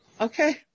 Okay